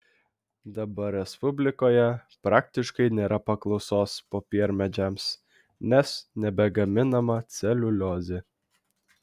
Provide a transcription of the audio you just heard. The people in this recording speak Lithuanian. dabar respublikoje praktiškai nėra paklausos popiermedžiams nes nebegaminama celiuliozė